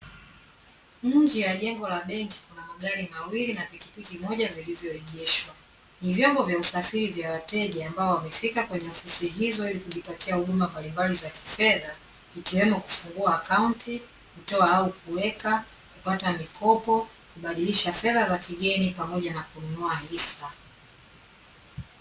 Nje ya jengo la benki kuna magari mawili na pikipiki moja vilivyo egeshwa, ni vyombo vya usafiri vya wateja ambao wamefika kwenye ofisi hizo ili kujipatia huduma mbalimbali za kifedha, ikiwemo kufungua akaunti, kutoa au kuweka, kupata mikopo, kubadilisha fedha za kigeni pamoja na kununua hisa.